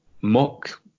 mock